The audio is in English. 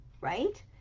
right